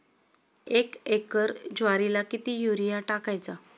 एक एकर ज्वारीला किती युरिया टाकायचा?